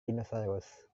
dinosaurus